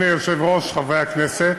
אדוני היושב-ראש, חברי הכנסת,